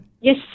Yes